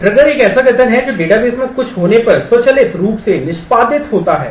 trigger एक ऐसा कथन है जो डेटाबेस में कुछ होने पर स्वचालित रूप से निष्पादित होता है